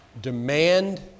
demand